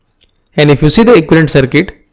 and if you see the equivalent circuit,